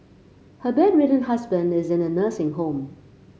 her bedridden husband is in a nursing home